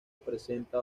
presenta